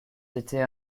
était